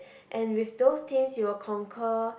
and with those teams you'll conquer